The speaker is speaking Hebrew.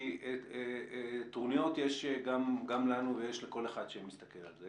כי טרוניות יש גם לנו ויש לכל אחד שמסתכל על זה.